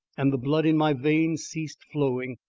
and the blood in my veins ceased flowing.